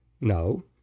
No